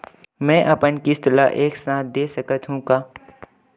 मै अपन किस्त ल एक साथ दे सकत हु का?